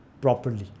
properly